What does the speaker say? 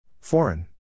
Foreign